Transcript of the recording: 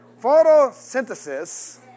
Photosynthesis